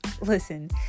Listen